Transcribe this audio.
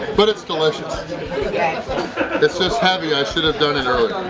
but it's delicious it's just happy i should have done it earlier!